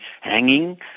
hanging